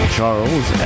Charles